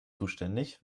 zuständig